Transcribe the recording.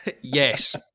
Yes